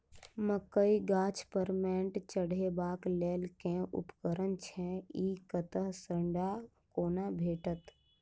मकई गाछ पर मैंट चढ़ेबाक लेल केँ उपकरण छै? ई कतह सऽ आ कोना भेटत?